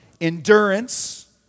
endurance